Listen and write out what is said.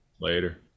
Later